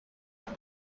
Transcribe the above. جهان